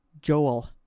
Joel